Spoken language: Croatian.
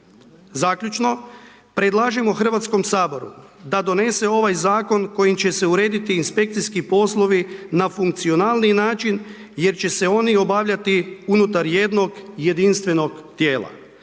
Zaključno, predlažemo Hrvatskom saboru da donese ovaj zakon kojim će se urediti inspekcijski poslovi na funkcionalniji način jer će se oni obavljati unutar jednog jedinstvenog tijela